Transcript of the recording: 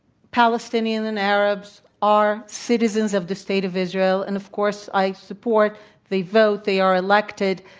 palestinian and arabs are citizens of the state of israel. and of course, i support the vote. they are elected.